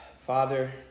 Father